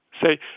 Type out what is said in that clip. Say